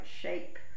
shape